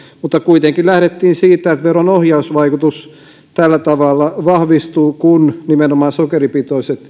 mutta kuitenkin lähdettiin siitä että veron ohjausvaikutus tällä tavalla vahvistuu kun nimenomaan sokeripitoisissa